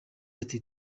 ati